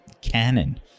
canon